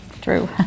true